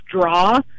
draw